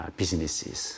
businesses